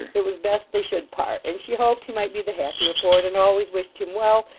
it was best they should part, and she hoped he might be the happier for it, and always wished him well,